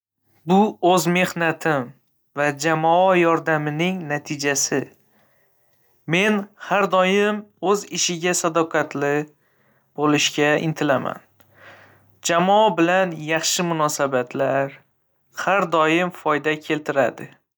Bu o'z mehnatim va jamoa yordamining natijasi. Men har doim o'z ishiga sadoqatli bo'lishga intilaman. Jamoa bilan yaxshi munosabatlar har doim foyda keltiradi.